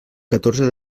catorze